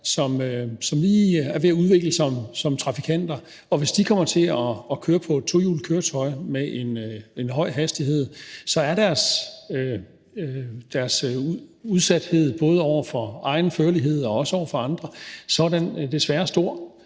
som lige er ved at udvikle sig som trafikanter. Og hvis de kommer til at køre på et tohjulet køretøj med en høj hastighed, er deres udsathed både med hensyn til egen førlighed og også andres desværre stor.